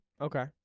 Okay